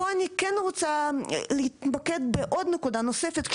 פה אני כן רוצה להתמקד בעוד נקודה נוספת.